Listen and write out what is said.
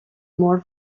more